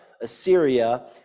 Assyria